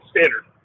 Standard